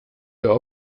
der